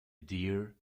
deer